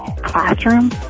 classroom